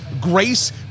Grace